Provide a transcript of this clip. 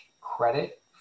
credit